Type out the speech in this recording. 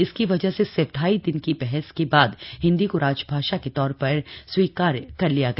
इसकी वजह से सिर्फ ढाई दिन की बहस के बाद हिंदी को राजभाषा के तौर पर स्वीकार कर लिया गया